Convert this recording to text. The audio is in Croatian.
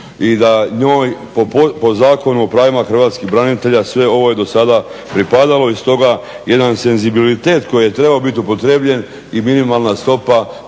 i da njoj po Zakonu o pravima hrvatskih branitelja sve ovo je do sada pripadalo i stoga jedan senzibilitet koji je trebao biti upotrijebljen i minimalna stopa